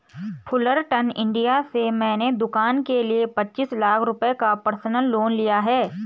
Fullerton India से मैंने दूकान के लिए पचीस लाख रुपये का पर्सनल लोन लिया है